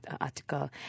article